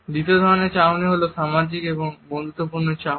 দ্বিতীয় ধরনের চাহনি হলো সামাজিক এবং বন্ধুত্বপূর্ণ চাহনি